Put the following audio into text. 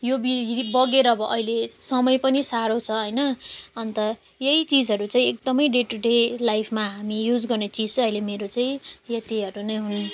यो बि बगेर अहिले समय पनि साह्रो छ होइन अन्त यही चिजहरू चाहिँ एकदम डे टु डे लाइफमा हामी युज गर्ने चिज चाहिँ अहिले मेरो चाहिँ यतिहरू नै हुन्